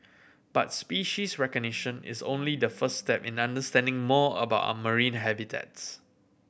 but species recognition is only the first step in understanding more about our marine habitats